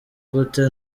gute